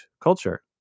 culture